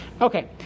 Okay